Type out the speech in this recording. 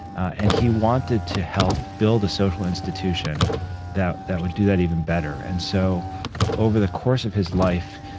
and he wanted to help build a social institution that that would do that even better and so over the course of his life,